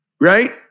right